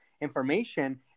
information